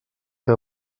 que